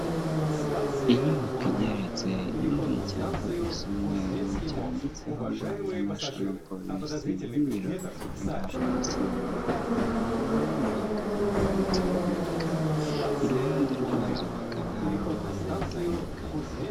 Inyubako igeretse iriho icyapa gisa umweru, cyanditseho Rwanda nashono polisi nk'ibiro bikuru bya polisi y'Urwanda, imbere yayo hakaba haparitse imodoka, iruhande rwazo hakaba hari abantu batandukanye.